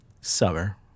Summer